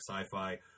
sci-fi